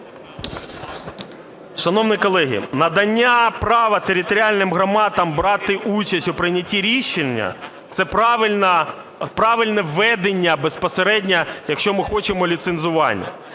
Шановні колеги, надання права територіальним громадам брати участь у прийнятті рішення – це правильне введення безпосередньо, якщо ми хочемо ліцензування.